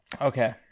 Okay